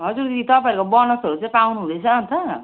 हजुर दिदी तपाईँहरूको बोनसहरू चाहिँ पाउनु हुँदैछ अन्त